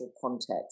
context